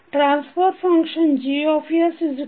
transfer function